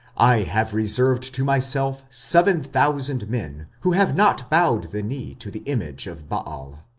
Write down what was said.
i have reserved to myself seven thousand men, who have not bowed the knee to the image of baal.